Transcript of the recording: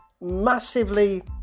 massively